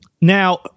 now